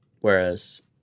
Whereas